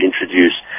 introduce